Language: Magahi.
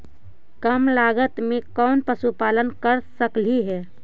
कम लागत में कौन पशुपालन कर सकली हे?